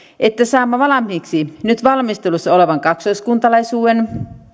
että saamme valmiiksi nyt valmistelussa olevan kaksoiskuntalaisuuden